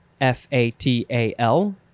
F-A-T-A-L